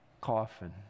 coffin